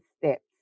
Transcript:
steps